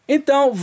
Então